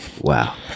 Wow